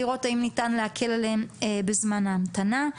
אז לראות האם ניתן להקל עליהם בזמן ההמתנה.